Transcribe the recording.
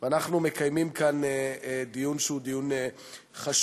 ואנחנו מקיימים כאן דיון שהוא דיון חשוב,